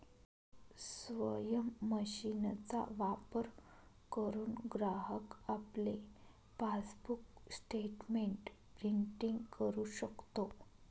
स्वयम मशीनचा वापर करुन ग्राहक आपले पासबुक स्टेटमेंट प्रिंटिंग करु शकतो